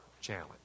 challenge